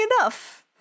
enough